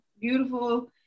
beautiful